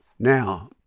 Now